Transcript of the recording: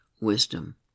wisdom